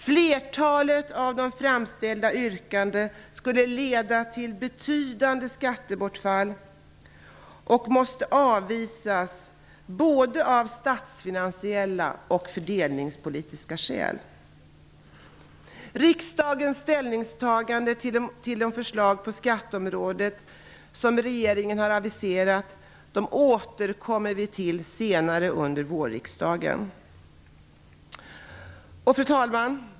Flertalet av de framställda yrkandena skulle leda till betydande skattebortfall och måste avvisas, både av statsfinansiella och fördelningspolitiska skäl. Riksdagens ställningstagande till de av regeringen aviserade förslagen på skatteområdet återkommer vi till senare under vårriksdagen. Fru talman!